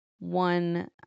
one